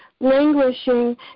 languishing